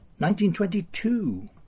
1922